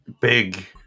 big